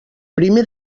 primer